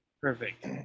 perfect